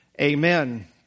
Amen